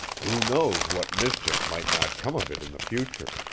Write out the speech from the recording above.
who knows what mischief might not come of it in the future?